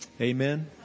Amen